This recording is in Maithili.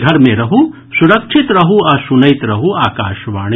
घर मे रहू सुरक्षित रहू आ सुनैत रहू आकाशवाणी